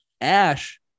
ash